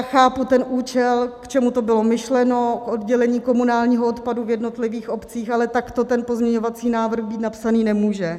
Chápu ten účel, k čemu to bylo myšleno, k oddělení komunálního odpadu v jednotlivých obcích, ale takto ten pozměňovací návrh být napsaný nemůže.